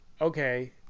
okay